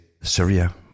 Syria